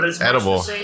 Edible